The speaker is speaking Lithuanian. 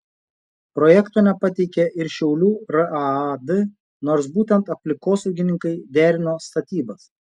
projekto nepateikė ir šiaulių raad nors būtent aplinkosaugininkai derino statybas